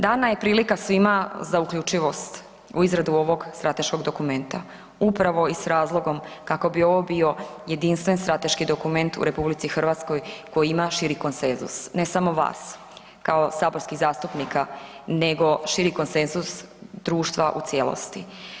Dana je prilika svima za uključivost u izradu ovog strateškog dokumenta upravo i s razlogom kako bi ovo bio jedinstven strateški dokument u RH koji ima širi konsenzus, ne samo vas kao saborskih zastupnika nego širi konsenzus društva u cijelosti.